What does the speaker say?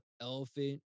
elephant